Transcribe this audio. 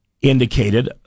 indicated